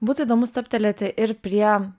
būtų įdomu stabtelėti ir prie